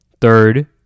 third